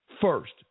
First